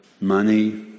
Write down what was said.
money